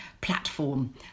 platform